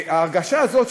ההרגשה הזאת,